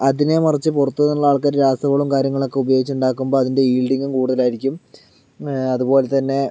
അതിനെ മറിച്ച് പുറത്തു നിന്നുള്ള ആൾക്കാർ രാസവളവും കാര്യങ്ങളുമൊക്കെ ഉപയോഗിച്ചുണ്ടാക്കുമ്പോൾ അതിൻ്റെ യീൽഡിങ്ങും കൂടുതലായിരിക്കും അതുപോലെത്തന്നെ